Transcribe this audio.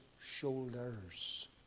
shoulders